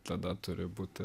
tada turi būti